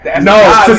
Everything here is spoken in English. No